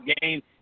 game